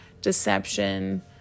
deception